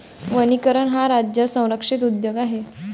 वनीकरण हा राज्य संरक्षित उद्योग आहे